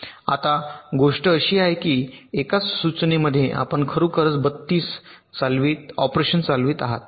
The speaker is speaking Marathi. आता गोष्ट अशी आहे की एकाच सूचनेमध्ये आपण खरोखर 32 आणि चालवित आहात ऑपरेशन्स